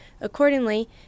Accordingly